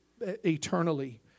eternally